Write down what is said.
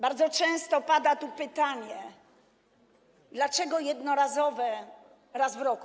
Bardzo często pada tu pytanie: Dlaczego jednorazowe, raz w roku?